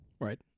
right